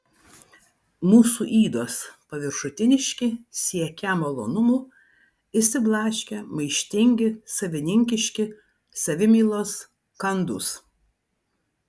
mūsų ydos paviršutiniški siekią malonumų išsiblaškę maištingi savininkiški savimylos kandūs